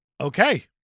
Okay